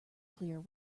clear